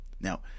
now